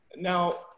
Now